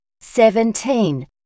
seventeen